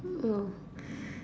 oh